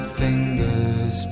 fingers